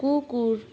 কুকুর